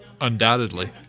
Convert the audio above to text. Undoubtedly